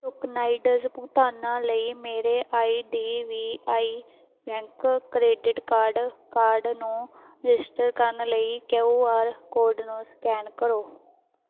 tokenized ਭੁਗਤਾਨਾਂ ਲਈ ਮੇਰੇ I D B I bank credit card card ਨੂੰ ਰਜਿਸਟਰ ਕਰਨ ਲਈ ਕਿਯੂ ਆਰ ਕੋਡ ਨੂੰ ਸਕੈਨ ਕਰੋ